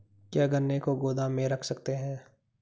क्या गन्ने को गोदाम में रख सकते हैं?